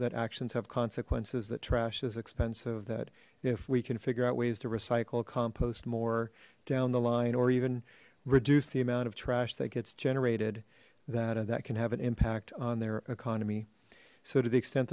that actions have consequences that trash is expensive that if we can figure out ways to recycle compost more down the line or even reduce the amount of trash that gets generated that that can have an impact on their economy so to the extent